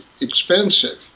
expensive